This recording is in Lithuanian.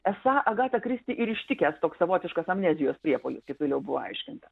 esą agatą kristi ir ištikęs toks savotiškas amnezijos priepuolis kaip vėliau buvo aiškinta